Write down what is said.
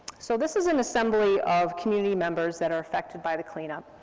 so this is an assembly of community members that are affected by the cleanup,